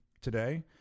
today